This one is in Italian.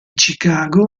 chicago